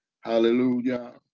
Hallelujah